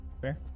Fair